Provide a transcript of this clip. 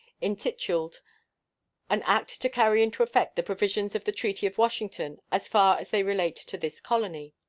intituled an act to carry into effect the provisions of the treaty of washington as far as they relate to this colony